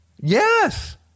yes